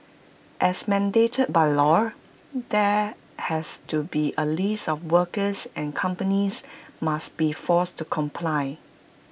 as mandated by law there has to be A list of workers and companies must be forced to comply